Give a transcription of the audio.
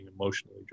emotionally